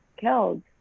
killed